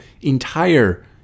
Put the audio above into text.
entire